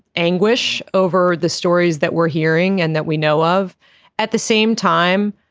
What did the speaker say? anguish over the stories that we're hearing and that we know of at the same time.